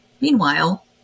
Meanwhile